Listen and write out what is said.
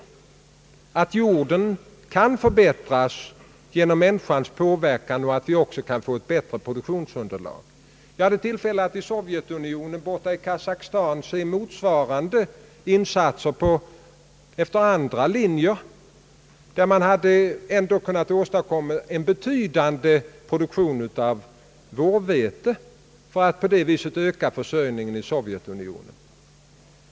Det visar att jorden kan förbättras genom människans påverkan och att vi kan få ett bättre produktionsunderlag. Jag hade tillfälle att i Sovjetunionen, i Kasakstan, se motsvarande insatser efter andra linjer. Där hade man kunnat åstadkomma en betydande produktion av vårvete för att på det sättet förbättra försörjningen i Sovjetunionen.